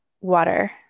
water